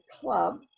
club